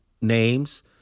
names